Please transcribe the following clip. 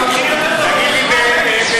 אתם מפקחים יותר טוב במזומן,